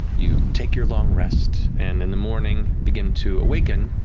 you take your long rest, and in the morning, begin to awaken,